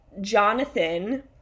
Jonathan